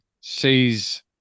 sees